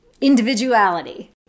individuality